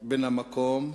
בן המקום והייתי,